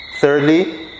Thirdly